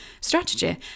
strategy